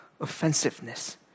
offensiveness